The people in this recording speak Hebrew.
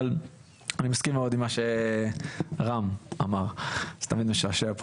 אבל אני מסכים מאוד עם מה שאמר רם בן ברק.